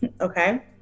Okay